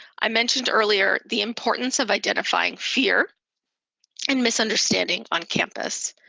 i mentioned earlier the importance of identifying fear and misunderstanding on campus.